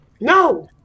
no